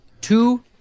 Two